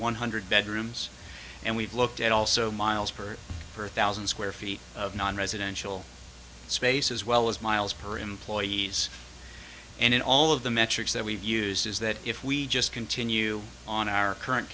one hundred bedrooms and we've looked at also miles per for thousand square feet of non residential space as well as miles per employees and in all of the metrics that we've used is that if we just continue on our current